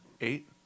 Eight